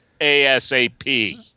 ASAP